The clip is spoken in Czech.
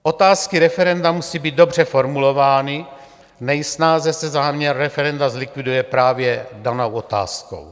Otázky referenda musí být dobře formulovány, nejsnáze se záměr referenda zlikviduje právě danou otázkou.